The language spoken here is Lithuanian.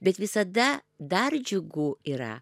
bet visada dar džiugu yra